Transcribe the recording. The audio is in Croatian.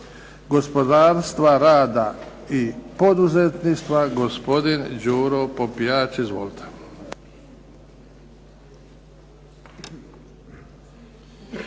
gospodarstva, rada i poduzetništva gospodin Đuro Popijač. Izvolite.